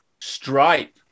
Stripe